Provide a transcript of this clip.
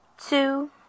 Two